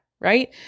right